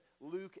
Luke